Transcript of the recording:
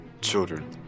children